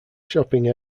shopping